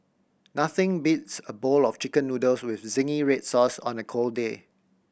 nothing beats a bowl of Chicken Noodles with zingy red sauce on a cold day